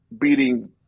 beating